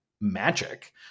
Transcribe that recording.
magic